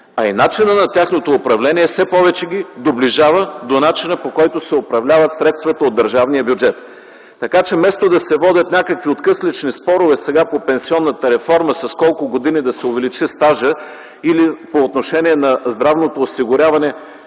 а и начина на тяхното управление все повече ги доближава до начина, по който се управляват средствата от държавния бюджет. Така че, вместо да се водят някакви откъслечни спорове сега по пенсионната реформа с колко години да се увеличи стажа или по отношение на здравното осигуряване